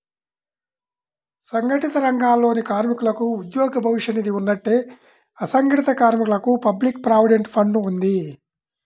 సంఘటిత రంగాలలోని కార్మికులకు ఉద్యోగ భవిష్య నిధి ఉన్నట్టే, అసంఘటిత కార్మికులకు పబ్లిక్ ప్రావిడెంట్ ఫండ్ ఉంది